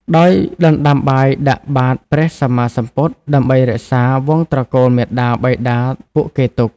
ដោយដណ្ដាំបាយដាក់បាត្រព្រះសម្មាសម្ពុទ្ធ ដើម្បីរក្សាវង្សត្រកូលមាតាបិតាពួកគេទុក។